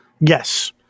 Yes